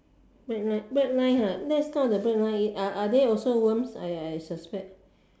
black line black line ha that's not the black lines are are they also worms I suspect